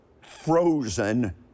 frozen